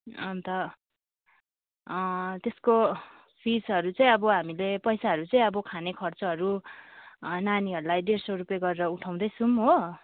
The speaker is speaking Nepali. अन्त त्यसको फिसहरू चाहिँ अब हामीले पैसाहरू चाहिँ खाने खर्चहरू नानीहरूलाई डेढ सौ रुपियाँ गरेर उठाउँदै छौँ हो